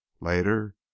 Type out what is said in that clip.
later